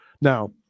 now